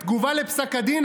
בתגובה לפסק הדין,